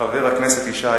חבר הכנסת שי,